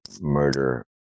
murder